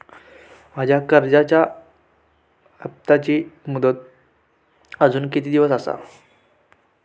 माझ्या कर्जाचा हप्ताची मुदत अजून किती दिवस असा?